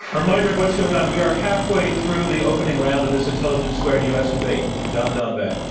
reminder of what's going on. we are halfway through the opening round of this intelligence squared u. s. debate. i'm john donvan.